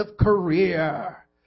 career